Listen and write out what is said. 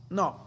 no